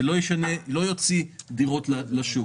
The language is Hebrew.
ולא יוציא דירות לשוק.